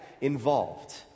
involved